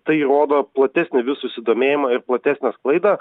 tai rodo platesnį vis susidomėjimą ir platesnę sklaidą